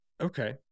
okay